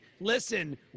listen